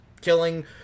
killing